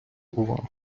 увагу